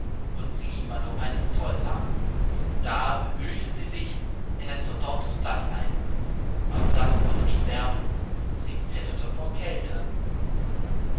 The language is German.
und sie war nur einen zoll lang da hüllte sie sich in ein verdorrtes blatt ein aber das wollte nicht wärmen sie zitterte vor kälte